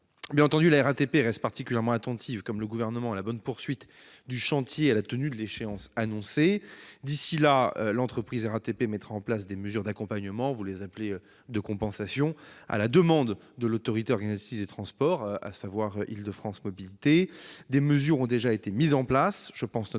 Bien entendu, la RATP reste particulièrement attentive, tout comme le Gouvernement, à la bonne poursuite du chantier et au respect de l'échéance annoncée. D'ici là, l'entreprise mettra en place des mesures d'accompagnement- vous les appelez mesures de compensation -, à la demande de l'autorité organisatrice des transports, Île-de-France Mobilités. Des mesures ont déjà été prises. Je pense à la